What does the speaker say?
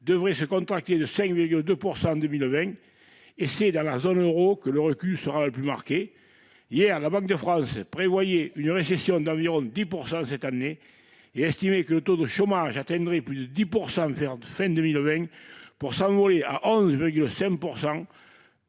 devrait se contracter de 5,2 % en 2020 ; et c'est dans la zone euro que le recul sera le plus marqué. Hier, la Banque de France a annoncé une récession d'environ 10 % cette année et estimé que le taux de chômage atteindrait plus de 10 % à la fin de 2020, pour s'envoler à 11,5